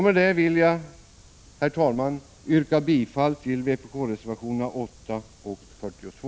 Med detta vill jag, herr talman, yrka bifall till vpk-reservationerna 8 och 42.